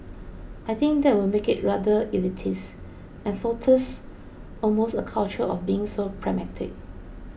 I think that would make it rather elitist and fosters almost a culture of being so pragmatic